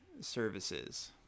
services